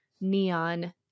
Neon